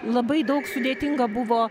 labai daug sudėtinga buvo